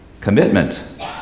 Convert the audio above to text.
Commitment